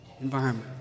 environment